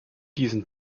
diesen